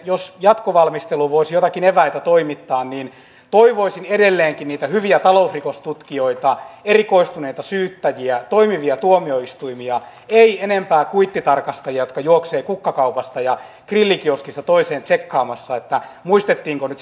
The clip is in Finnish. jos jatkovalmisteluun voisi joitakin eväitä toimittaa niin toivoisin edelleenkin niitä hyviä talousrikostutkijoita erikoistuneita syyttäjiä toimivia tuomioistuimia ei enempää kuittitarkastajia jotka juoksevat kukkakaupasta ja grillikioskista toiseen tsekkaamassa muistettiinko nyt sitä kuittia tarjota